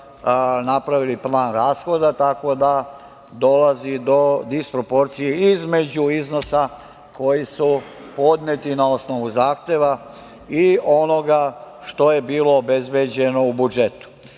napravili plan rashoda, tako da dolazi do disproporcije između iznosa koji su podneti na osnovu zahteva i onoga što je bilo obezbeđeno u budžetu. Dame